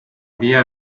via